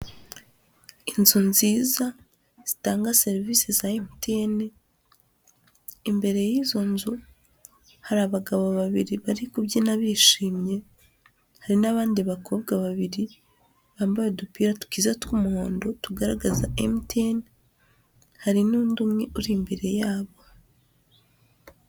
Inzu nziza zitanga serivisi za MTN, imbere y'izo nzu hari abagabo babiri bari kubyina bishimye, hari n'abandi bakobwa babiri bambaye udupira twiza tw'umuhondo tugaragaza MTN, hari n'undi umwe uri imbere yabo.